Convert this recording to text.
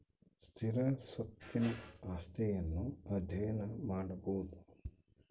ಸ್ಥಿರ ಸ್ವತ್ತಿನ ಆಸ್ತಿಯನ್ನು ಅಧ್ಯಯನ ಮಾಡಬೊದು